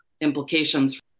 implications